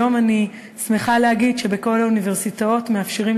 היום אני שמחה להגיד שבכל האוניברסיטאות מאפשרים